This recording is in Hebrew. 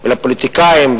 לפוליטיקאים,